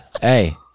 hey